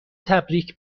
تبریک